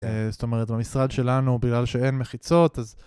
אה.. זאת אומרת, במשרד שלנו, בגלל שאין מחיצות, אז...